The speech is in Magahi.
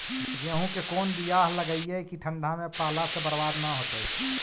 गेहूं के कोन बियाह लगइयै कि ठंडा में पाला से बरबाद न होतै?